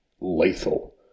lethal